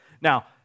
Now